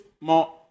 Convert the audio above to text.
more